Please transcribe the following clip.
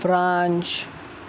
France